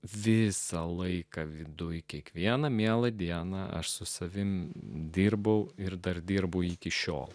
visą laiką viduj kiekvieną mielą dieną aš su savimi dirbau ir dar dirbu iki šiol